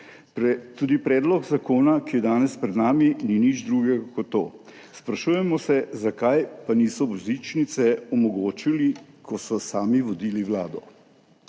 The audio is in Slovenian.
Tudi predlog zakona, ki je danes pred nami, ni nič drugega kot to. Sprašujemo se, zakaj pa niso božičnice omogočili, ko so sami vodili Vlado.